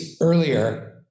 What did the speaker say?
earlier